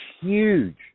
huge